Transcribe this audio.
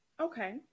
Okay